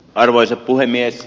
arvoisa puhemies